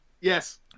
Yes